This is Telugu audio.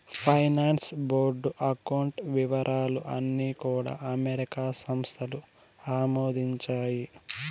ఫైనాన్స్ బోర్డు అకౌంట్ వివరాలు అన్నీ కూడా అమెరికా సంస్థలు ఆమోదించాయి